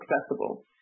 accessible